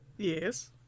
Yes